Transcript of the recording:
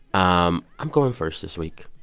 um i'm going first this week.